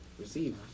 receive